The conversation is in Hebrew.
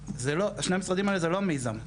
שני המשרדים האלה זה לא המיזם,